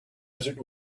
desert